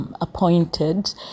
Appointed